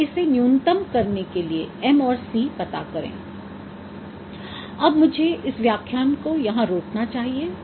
अब इसे न्यूनतम करने के लिए एम और सी पता करें अब मुझे इस व्याख्यान को यहाँ रोकना चाहिए